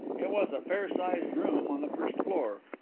it was a fair-sized room on the first floor.